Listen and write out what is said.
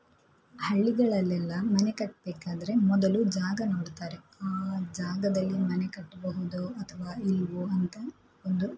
ಹಳ್ಳಿಗಳಲ್ಲೆಲ್ಲ ಮನೆ ಕಟ್ಟಬೇಕಾದ್ರೆ ಮೊದಲು ಜಾಗ ನೋಡ್ತಾರೆ ಆ ಜಾಗದಲ್ಲಿ ಮನೆ ಕಟ್ಟಬಹುದೋ ಅಥವಾ ಇಲ್ಲವೋ ಅಂತ ಒಂದು